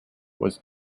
was